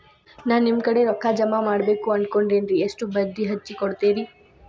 ನಾ ನಿಮ್ಮ ಕಡೆ ರೊಕ್ಕ ಜಮಾ ಮಾಡಬೇಕು ಅನ್ಕೊಂಡೆನ್ರಿ, ಎಷ್ಟು ಬಡ್ಡಿ ಹಚ್ಚಿಕೊಡುತ್ತೇರಿ?